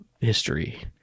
history